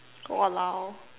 !walao!